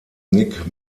nick